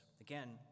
Again